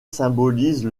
symbolise